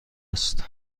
است